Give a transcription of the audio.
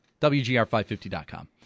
WGR550.com